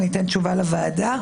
וניתן תשובה לוועדה.